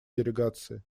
делегации